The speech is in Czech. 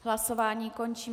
Hlasování končím.